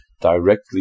directly